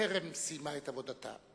טרם סיימה את עבודתה,